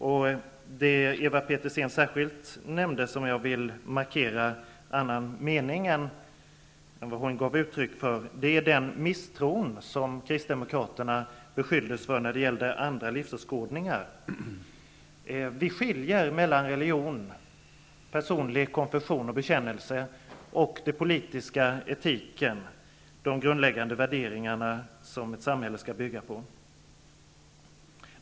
Ewa Hedkvist Petersen beskyllde kristdemokraterna för att misstro andra livsåskådningar. Jag vill här markera att jag har en annan mening än den hon gav uttryck för. Vi skiljer mellan religion, personlig konfession och bekännelse, den politiska etiken och de grundläggande värderingar som ett samhälle skall bygga på.